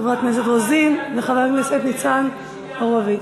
חברת הכנסת רוזין וחבר הכנסת ניצן הורוביץ.